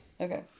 Okay